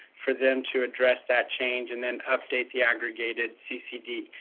for them to address that change and then update the aggregated ccd.